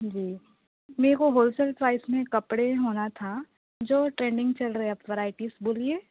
جی میرے کو wholesale price میں کپڑے ہونا تھا جو ٹریننگ چل رہے آپ ورائٹیز بولیے